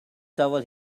shovel